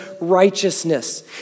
righteousness